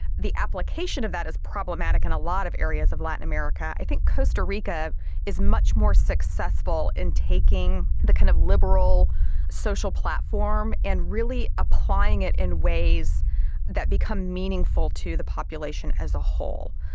the application of that is problematic in a lot of areas of latin america. i think costa rica is much more successful in taking the kind of liberal social platform and really applying it in ways that become meaningful to the population as a whole,